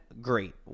Great